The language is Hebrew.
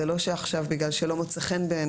זה לא שעכשיו בגלל שלא מוצא חן בעיניו,